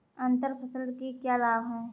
अंतर फसल के क्या लाभ हैं?